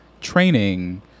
training